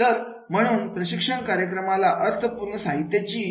तर म्हणून प्रशिक्षण कार्यक्रमाला अर्थपूर्ण साहित्याची